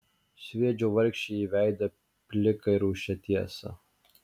sviedžiau vargšei į veidą pliką ir rūsčią tiesą